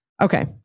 Okay